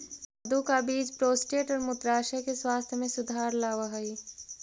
कद्दू का बीज प्रोस्टेट और मूत्राशय के स्वास्थ्य में सुधार लाव हई